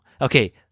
Okay